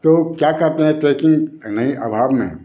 तो क्या कहते हैं ट्रेकिंग नहीं अभाव में